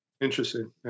Interesting